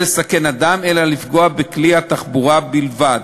לסכן אדם אלא לפגוע בכלי התחבורה בלבד,